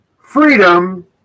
freedom